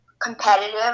competitive